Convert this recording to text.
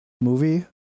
movie